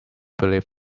believe